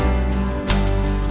and